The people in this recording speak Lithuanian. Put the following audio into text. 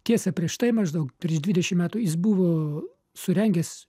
tiesa prieš tai maždaug prieš dvidešim metų jis buvo surengęs